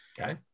Okay